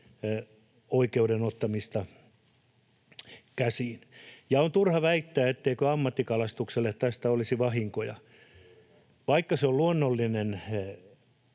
oikeuden ottamista käsiin. — On turha väittää, etteikö ammattikalastukselle tästä olisi vahinkoja. Vaikka se on luonnollinen